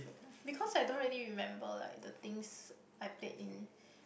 because I don't really remember like the things I played in